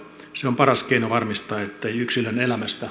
se on paras keino varmistaa ettei yksilön elämästä